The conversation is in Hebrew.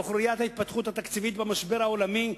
תוך ראיית ההתפתחות התקציבית במשבר העולמי.